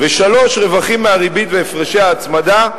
3. רווחים מהריבית והפרשי ההצמדה,